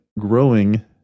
growing